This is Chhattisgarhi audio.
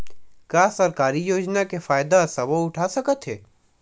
का सरकारी योजना के फ़ायदा सबो उठा सकथे?